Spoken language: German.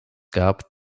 gab